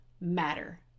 matter